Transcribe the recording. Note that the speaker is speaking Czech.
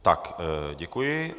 Tak děkuji.